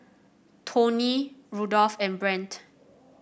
Toney Rudolph and Brant